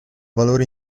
valore